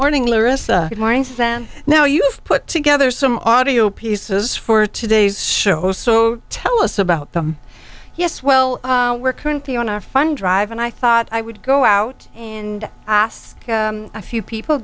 morning stem now you've put together some audio pieces for today's show so tell us about them yes well we're currently on our fun drive and i thought i would go out and ask a few people